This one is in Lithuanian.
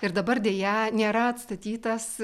ir dabar deja nėra atstatytas